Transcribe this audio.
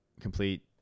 complete